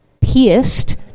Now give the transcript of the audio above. pierced